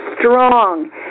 strong